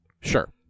Sure